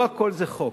לא הכול זה חוק.